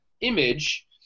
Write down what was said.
image